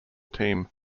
team